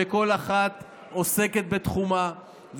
שכל אחת עוסקת בתחומה,